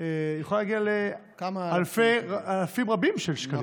יכולה להגיע לכמה אלפים רבים של שקלים,